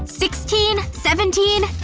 sixteen. seventeen.